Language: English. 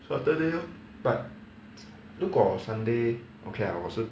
saturday lor but 如果 sunday okay lah 我是